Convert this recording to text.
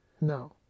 no